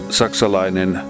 saksalainen